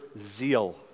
zeal